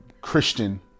Christian